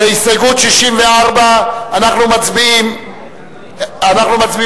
על הסתייגות 64 אנחנו מצביעים אלקטרונית.